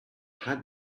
had